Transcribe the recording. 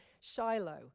Shiloh